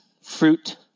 fruit